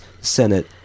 Senate